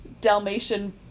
Dalmatian